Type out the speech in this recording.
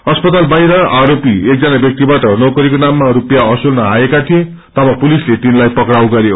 अस्पताल बाहिर आरोपि एकजना व्यक्तिबाट नोकरीको नाममा रूपियाँ असुल्न आएका थिए तब पुलिसले तिनलाई पक्राउ गरयो